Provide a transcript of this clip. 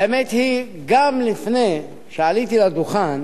האמת היא שגם לפני שעליתי לדוכן